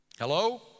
Hello